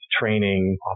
training